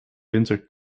winter